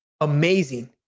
amazing